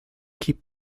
keep